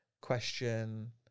question